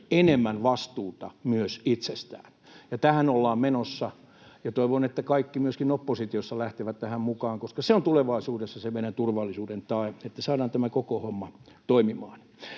enemmän vastuuta itsestään. Tähän ollaan menossa, ja toivon, että kaikki myöskin oppositiossa lähtevät tähän mukaan, koska se on tulevaisuudessa se meidän turvallisuuden tae, että saadaan tämä koko homma toimimaan.